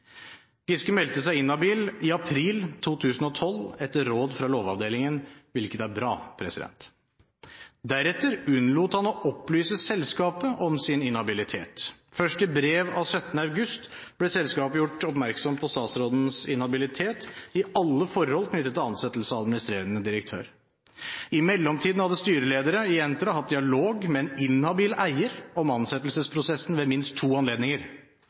Giske meldte seg inhabil i april 2012 etter råd fra Lovavdelingen, hvilket er bra. Deretter unnlot han å opplyse selskapet om sin inhabilitet. Først i brev av 17. august ble selskapet gjort oppmerksom på statsrådens inhabilitet i alle forhold knyttet til ansettelse av administrerende direktør. I mellomtiden hadde styreledere i Entra hatt dialog med en inhabil eier om ansettelsesprosessen ved minst to anledninger.